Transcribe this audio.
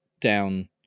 down